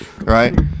Right